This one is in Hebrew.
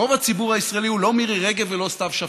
רוב הציבור הישראלי הוא לא מירי רגב ולא סתיו שפיר.